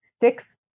Six